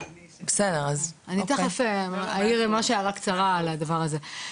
אני תיכף אעיר ממש הערה קצרה על הדבר הזה.